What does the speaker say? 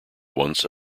once